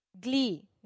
Glee